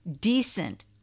decent